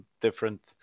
different